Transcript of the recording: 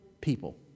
people